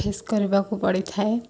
face କରିବାକୁ ପଡ଼ିଥାଏ